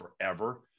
forever